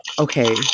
Okay